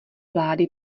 vlády